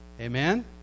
Amen